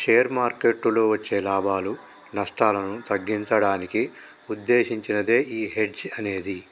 share మార్కెట్టులో వచ్చే లాభాలు, నష్టాలను తగ్గించడానికి వుద్దేశించినదే యీ హెడ్జ్ అనేది